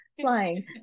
flying